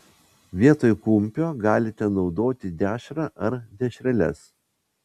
vietoj kumpio galite naudoti dešrą ar dešreles